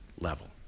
level